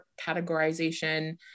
categorization